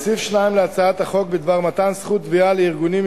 סעיף 2 להצעת החוק בדבר מתן זכות תביעה לארגונים,